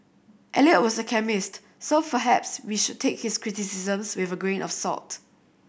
Eliot was a chemist so perhaps we should take his criticisms with a grain of salt